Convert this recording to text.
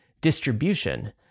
distribution